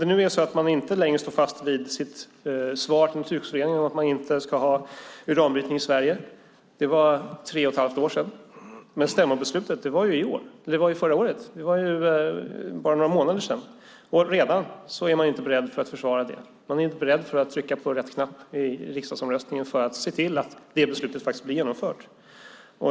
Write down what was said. Det må vara att man inte står fast vid sitt svar till Naturskyddsföreningen om att man inte ska ha uranbrytning i Sverige - det var för tre och ett halvt år sedan. Men stämmobeslutet kom ju förra året, för bara några månader sedan! Man har redan upphört att försvara det. Man är inte beredd att trycka på rätt knapp i riksdagsomröstningen för att se till att det beslutet blir genomfört.